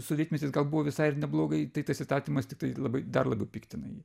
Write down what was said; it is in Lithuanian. sovietmetis buvo visai ir neblogai tai tas įstatymas tiktai labai dar labiau piktina jį